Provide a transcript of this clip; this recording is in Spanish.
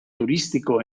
turístico